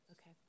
Okay